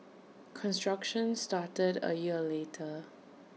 construction started A year later